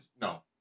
no